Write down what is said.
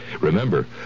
Remember